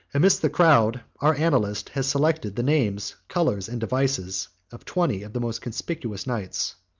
amidst the crowd, our annalist has selected the names, colors, and devices, of twenty of the most conspicuous knights.